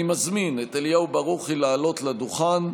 אני מזמין את אליהו ברוכי לעלות לדוכן,